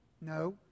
No